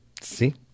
See